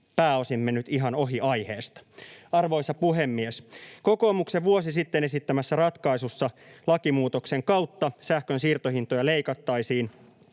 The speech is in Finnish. pääosin mennyt ihan ohi aiheesta. Arvoisa puhemies! Kokoomuksen vuosi sitten esittämässä ratkaisussa lakimuutoksen kautta sähkön siirtohintoja leikattaisiin